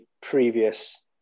previous